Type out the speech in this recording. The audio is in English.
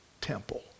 temple